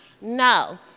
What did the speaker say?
No